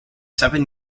seven